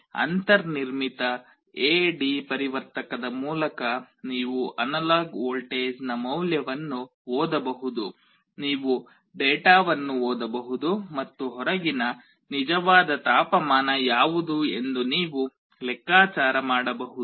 ಅಂತರ್ನಿರ್ಮಿತ A D ಪರಿವರ್ತಕದ ಮೂಲಕ ನೀವು ಅನಲಾಗ್ ವೋಲ್ಟೇಜ್ನ ಮೌಲ್ಯವನ್ನು ಓದಬಹುದು ನೀವು ಡೇಟಾವನ್ನು ಓದಬಹುದು ಮತ್ತು ಹೊರಗಿನ ನಿಜವಾದ ತಾಪಮಾನ ಯಾವುದು ಎಂದು ನೀವು ಲೆಕ್ಕಾಚಾರ ಮಾಡಬಹುದು